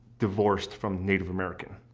divorced from native american.